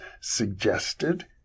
suggested